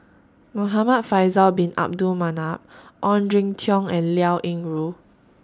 Muhamad Faisal Bin Abdul Manap Ong Jin Teong and Liao Yingru